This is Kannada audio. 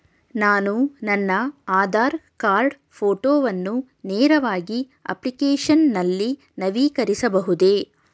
ನಾನು ನನ್ನ ಆಧಾರ್ ಕಾರ್ಡ್ ಫೋಟೋವನ್ನು ನೇರವಾಗಿ ಅಪ್ಲಿಕೇಶನ್ ನಲ್ಲಿ ನವೀಕರಿಸಬಹುದೇ?